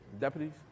Deputies